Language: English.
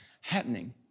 happening